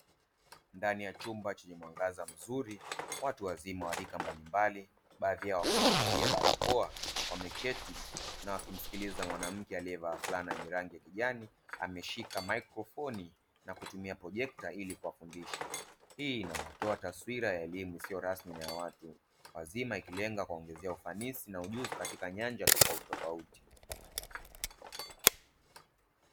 Ndani ya chumba chenye mwangaza mzuri watu wazima wa rika mbalimbali baadhi yao wakiwa wamevalia barakoa wameketi na wakimsikiliza mwanamke aliyevaa flani yenye rangi ya kijani ameshika mikrofoni na kutumia projekta ili kuwafundisha. Hii inawatoa taswira ya elimu isiyo rasmi na ya watu wazima ikilenga kuwaongezea ufanisi na ujuzi katika nyanja tofauti tofauti.